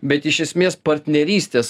bet iš esmės partnerystės